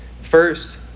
First